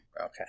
Okay